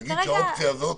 נניח שהאופציה הזאת